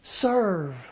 Serve